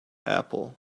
apple